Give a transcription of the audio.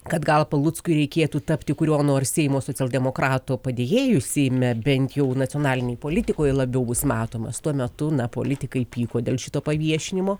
kad gal paluckui reikėtų tapti kurio nors seimo socialdemokrato padėjėju seime bent jau nacionalinėj politikoj labiau bus matomas tuo metu na politikai pyko dėl šito paviešinimo